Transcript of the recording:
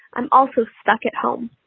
i'm also stuck at home.